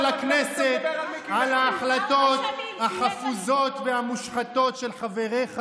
הכנסת על ההחלטות החפוזות והמושחתות של חבריך